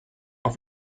auf